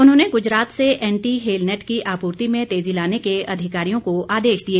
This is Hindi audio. उन्होंने गुजरात से एंटी हेलनेट की आपूर्ति में तेजी लाने के अधिकारियों को आदेश दिए